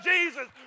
Jesus